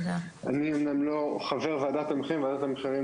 אני אומנם לא חבר ועדת המחירים,